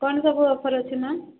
କ'ଣ ସବୁ ଅଫର୍ ଅଛି ମ୍ୟାମ୍